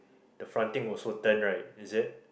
the front thing also turn right is it